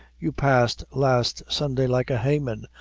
you passed last sunday like a haythen,